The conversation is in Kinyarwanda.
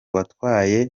watwaye